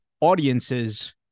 audiences